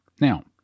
Now